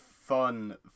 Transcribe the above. fun